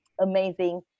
amazing